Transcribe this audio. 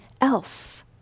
else